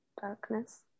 darkness